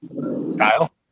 Kyle